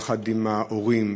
יחד עם ההורים,